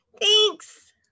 Thanks